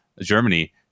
Germany